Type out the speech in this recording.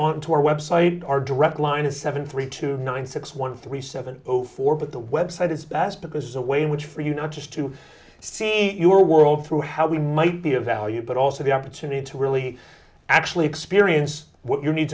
on to our website our direct line is seven three two nine six one three seven zero four but the website is passed because the way in which for you not just to see your world through how we might be of value but also the opportunity to really actually experience what your needs